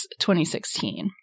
2016